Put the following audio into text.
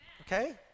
okay